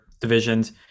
divisions